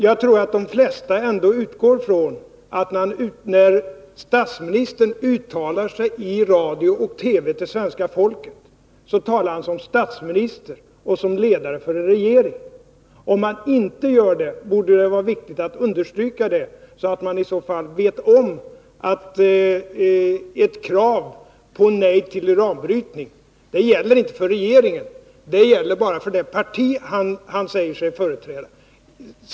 Jag tror att de flesta utgår från att statsministern, när han uttalar sig i radio och TV till svenska folket, talar som statsminister och som ledare för regeringen. Om han inte gör det borde det vara viktigt att understryka det, så att man i det här fallet vet om att ett krav på förbud mot uranbrytning inte gäller för regeringen, utan att det bara gäller för det parti som statsministern företräder.